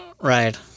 Right